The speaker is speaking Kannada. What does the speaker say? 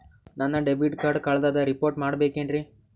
ನನ್ನ ಡೆಬಿಟ್ ಕಾರ್ಡ್ ಕಳ್ದದ ರಿಪೋರ್ಟ್ ಮಾಡಬೇಕ್ರಿ